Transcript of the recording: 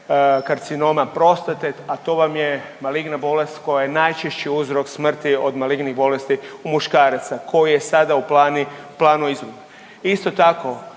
karcinoma prostate, a to vam je maligna bolest koja je najčešći uzrok smrti od malignih bolesti u muškaraca koji je sada u plani, planu izrade. Isto tako,